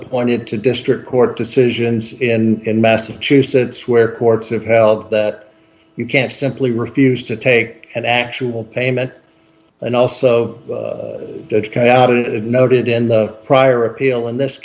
pointed to district court decisions in massachusetts where courts have held that you can't simply refuse to take an actual payment and also noted in the prior appeal in this